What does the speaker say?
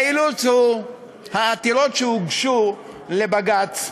והאילוץ הוא העתירות שהוגשו לבג"ץ,